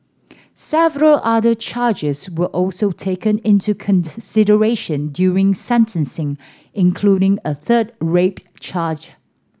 several other charges were also taken into consideration during sentencing including a third rape charge